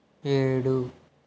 ఏడు